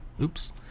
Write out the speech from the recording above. Oops